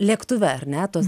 lėktuve ar ne tos